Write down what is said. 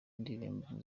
ndirimbo